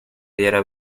diera